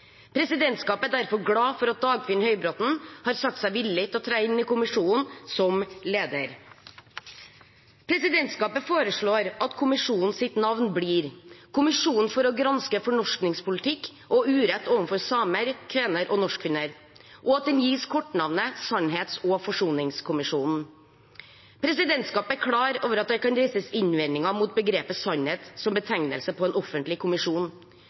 Presidentskapet er derfor glad for at Dagfinn Høybråten har sagt seg villig til å tre inn i kommisjonen som leder. Presidentskapet foreslår at kommisjonens navn blir «kommisjonen for å granske fornorskingspolitikk og urett overfor samer, kvener og norskfinner», og at den gis kortnavnet «sannhets- og forsoningskommisjonen». Presidentskapet er klar over det kan reises innvendinger mot begrepet «sannhet» som betegnelse på en offentlig kommisjon.